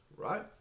right